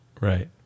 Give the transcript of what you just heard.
right